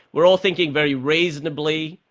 we're all thinking very reasonably,